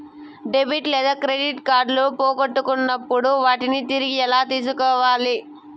debit లేదా credit కార్డులు పోగొట్టుకున్నప్పుడు వాటిని తిరిగి ఎలా తీసుకోవాలి